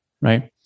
right